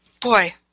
boy